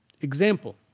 example